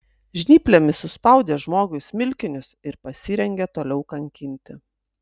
žnyplėmis suspaudė žmogui smilkinius ir pasirengė toliau kankinti